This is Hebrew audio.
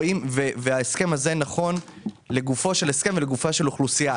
ההסכם הזה נכון לגופו של הסכם ולגופה של אוכלוסייה.